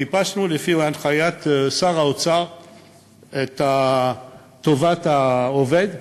חיפשנו לפי הנחיית שר האוצר את טובת העובד,